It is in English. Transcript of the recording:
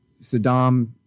Saddam